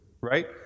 Right